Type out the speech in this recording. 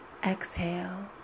Exhale